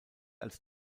als